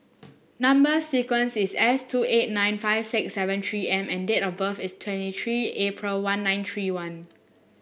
number sequence is S two eight nine five six seven three M and date of birth is twenty three April one nine three one